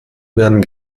werden